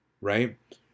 right